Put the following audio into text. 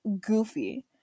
goofy